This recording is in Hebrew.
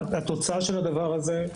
התוצאה של הדבר הזה,